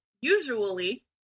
usually